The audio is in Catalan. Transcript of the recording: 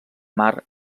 mar